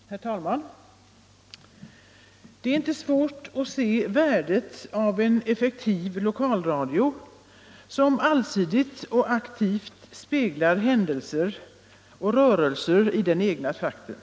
Herr talman! Det är inte svårt att se värdet av en effektiv lokalradio som allsidigt och aktivt speglar händelser och rörelser i den egna trakten.